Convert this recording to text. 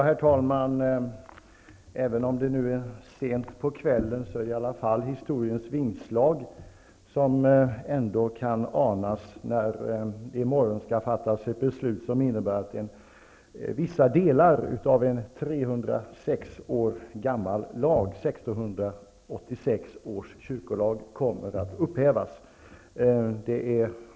Herr talman! Även om det nu är sent på kvällen kan historiens vingslag ändå anas i och med att det i morgon skall fattas ett beslut som innebär att vissa delar av en 306 år gammal lag, 1686 års kyrkolag, kommer att upphävas.